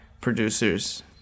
producers